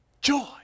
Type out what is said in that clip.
Joy